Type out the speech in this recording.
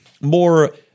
more